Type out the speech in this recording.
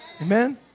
Amen